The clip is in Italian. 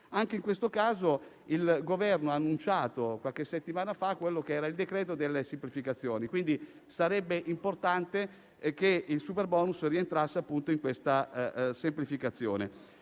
Anche in questo caso il Governo ha annunciato, qualche settimana fa, il decreto-legge semplificazioni; quindi, sarebbe importante che il superbonus rientrasse in questa logica di semplificazione.